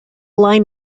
line